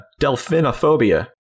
delphinophobia